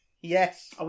Yes